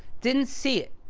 didn't see it,